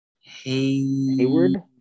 Hayward